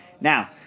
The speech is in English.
Now